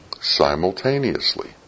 simultaneously